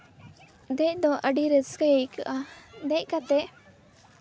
ᱫᱮᱡ ᱫᱚ ᱟᱹᱰᱤ ᱨᱟᱹᱥᱠᱟᱹ ᱟᱹᱭᱠᱟᱹᱜᱼᱟ ᱫᱮᱡ ᱠᱟᱛᱮᱫ